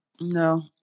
No